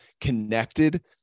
connected